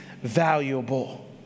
valuable